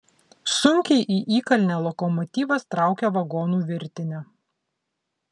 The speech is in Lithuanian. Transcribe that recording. sunkiai į įkalnę lokomotyvas traukia vagonų virtinę